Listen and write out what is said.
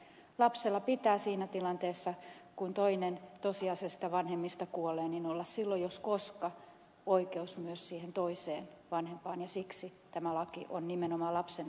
lapsella pitää siinä tilanteessa kun toinen tosiasiallisista vanhemmista kuolee olla jos koska oikeus myös siihen toiseen vanhempaan ja siksi tämä laki on nimenomaan lapsen edun laki